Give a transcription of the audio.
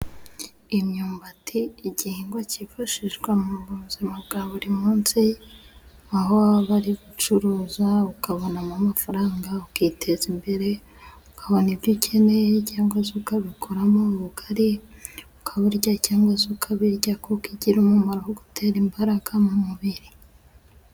Imyumbati igihingwa cyifashishwa mu buzima bwa buri munsi, aho baba bari gucuruza ukabonamo amafaranga ukiteza imbere, ukabona ibyo ukeneye cyangwa se ukabikoramo ubugari ukaburya, cyangwa se ukabirya kuko igira umumaro wo gutera imbaraga mu mubiri.